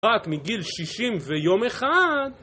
רק מגיל שישים ויום אחד